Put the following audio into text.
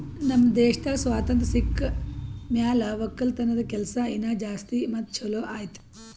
ನಮ್ ದೇಶದಾಗ್ ಸ್ವಾತಂತ್ರ ಸಿಕ್ ಮ್ಯಾಲ ಒಕ್ಕಲತನದ ಕೆಲಸ ಇನಾ ಜಾಸ್ತಿ ಮತ್ತ ಛಲೋ ಆಯ್ತು